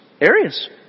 areas